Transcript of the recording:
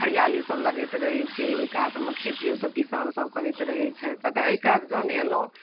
हरिआलीसब लगैत रहै छै ओहि कातमे खेतिओसब किसानसभ करैत रहै छथि तकर एहि कात जखन अएलहुँ